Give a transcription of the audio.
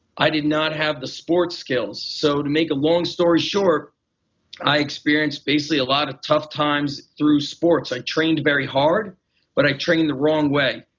i did not have the sport skills. so to make a long story short i experienced basically a lot of tough times through sports. i trained very hard but i trained the wrong way.